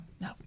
No